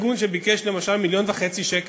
למשל,